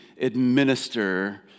administer